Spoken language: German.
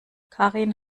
karin